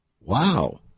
Wow